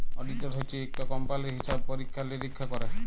auditor হছে ইকট কম্পালির হিসাব পরিখ্খা লিরিখ্খা ক্যরে